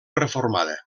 reformada